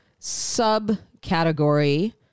subcategory